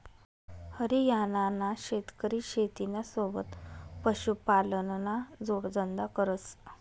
हरियाणाना शेतकरी शेतीना सोबत पशुपालनना जोडधंदा करस